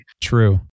True